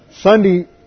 Sunday